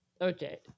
Okay